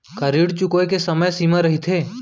का ऋण चुकोय के समय सीमा रहिथे?